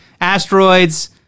asteroids